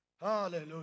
Hallelujah